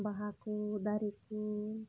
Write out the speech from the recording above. ᱵᱟᱦᱟ ᱠᱚ ᱫᱟᱨᱮ ᱠᱚ